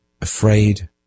afraid